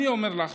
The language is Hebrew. אני אומר לך